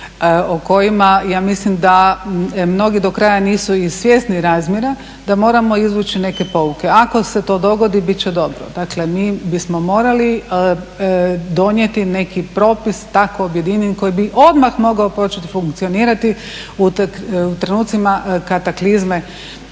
o kojima ja mislim da mnogi do kraja nisu ni svjesni razmjera, da moramo izvući neke pouke. Ako se to dogodi bit će dobro, dakle mi bismo morali donijeti neki propis tako objedinjen koji bi odmah mogao početi funkcionirati u trenucima kataklizme